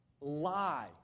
lie